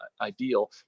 ideal